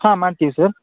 ಹಾಂ ಮಾಡ್ತೀವಿ ಸರ್